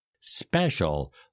special